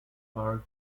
park